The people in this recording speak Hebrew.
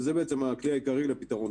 וזה בעצם הכלי העיקרי לפתרון.